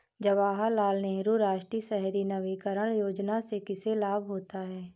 जवाहर लाल नेहरू राष्ट्रीय शहरी नवीकरण योजना से किसे लाभ होता है?